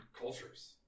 cultures